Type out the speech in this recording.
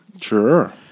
Sure